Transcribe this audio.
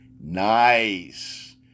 Nice